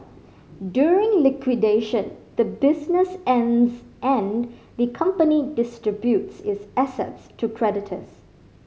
during liquidation the business ends and the company distributes its assets to creditors